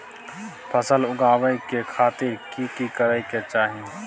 फसल उगाबै के खातिर की की करै के चाही?